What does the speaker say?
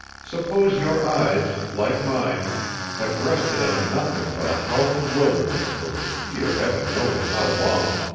suppose your eyes like mine have rested on nothing but a howling wilderness for dear heaven knows how long